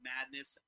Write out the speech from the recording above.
Madness